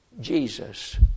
Jesus